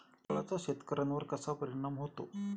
वादळाचा शेतकऱ्यांवर कसा परिणाम होतो?